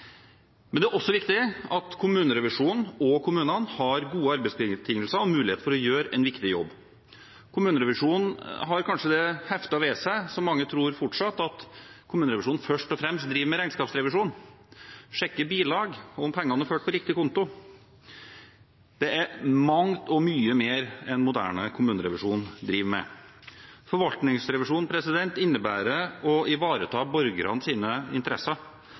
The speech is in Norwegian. Det er også viktig at kommunerevisjonen og kommunene har gode arbeidsbetingelser og mulighet til å gjøre en viktig jobb. Kommunerevisjonen har kanskje det heftet ved seg – som mange fortsatt tror – at kommunerevisjonen først og fremst driver med regnskapsrevisjon: sjekker bilag og om pengene er ført på riktig konto. Det er mangt og mye mer en moderne kommunerevisjon driver med. Forvaltningsrevisjon innebærer å ivareta borgernes interesser: